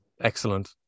Excellent